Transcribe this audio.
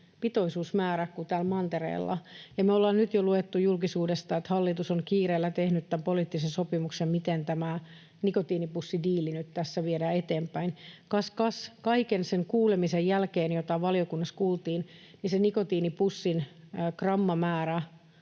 pitoisuusmäärä kuin täällä mantereella, ja me ollaan nyt jo luettu julkisuudesta, että hallitus on kiireellä tehnyt tämän poliittisen sopimuksen, miten tämä nikotiinipussidiili nyt tässä viedään eteenpäin. Kas kas: kaiken sen kuulemisen jälkeen, jota valiokunnassa kuultiin, se nikotiinipussin milligrammamäärä